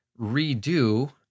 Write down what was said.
redo